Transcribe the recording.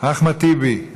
אחמד טיבי,